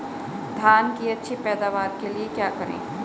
धान की अच्छी पैदावार के लिए क्या करें?